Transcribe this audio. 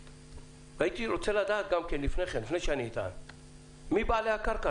הייתי רוצה לדעת מי בעלי הקרקע.